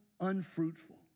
unfruitful